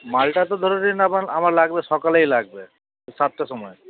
মালটা তো ধরে নিন আমার আমার লাগবে সকালেই লাগবে ওই সাতটার সময়